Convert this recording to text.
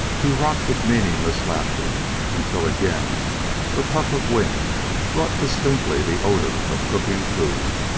he rocked with meaningless laughter until again a puff of wind brought distinctly the odor of cooking food.